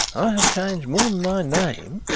have changed more than my name.